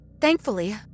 Thankfully